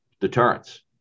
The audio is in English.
deterrence